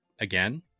again